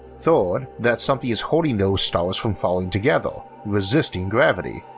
third, that something is holding those stars from falling together, resisting gravity.